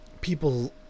people